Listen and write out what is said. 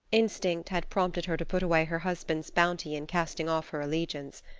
instinct had prompted her to put away her husband's bounty in casting off her allegiance.